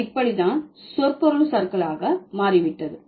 அது இப்படித்தான் சொற்பொருள் சறுக்கலாக மாறிவிட்டது